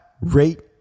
rate